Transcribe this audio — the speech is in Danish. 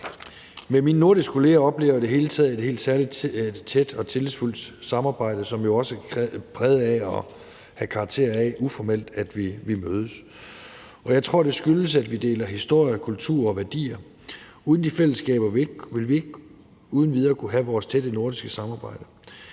mine nordiske kollegaer oplever jeg i det hele taget et helt særlig tæt og tillidsfuldt samarbejde, som jo også er præget af og har karakter af, at vi uformelt mødes. Og jeg tror, det skyldes, at vi deler historie, kultur og værdier. Uden de fællesskaber ville vi ikke uden videre kunne have vores tætte nordiske samarbejde.